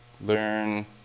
learn